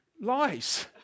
Lies